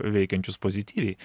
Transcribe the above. veikiančius pozityviai